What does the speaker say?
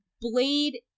blade